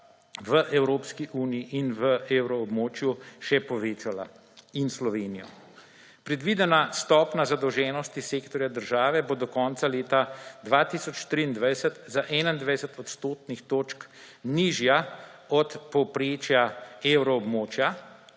v Evropski uniji in v evroobmočju še povečala – in Slovenijo. Predvidena stopnja zadolženosti sektorja države bo do konca leta 2023 za 21 odstotnih točk nižja od povprečja evroobmočja